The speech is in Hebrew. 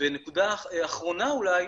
נקודה אחרונה אולי,